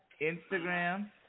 Instagram